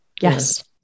Yes